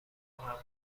همکارانم